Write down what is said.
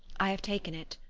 i have taken it,